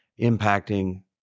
impacting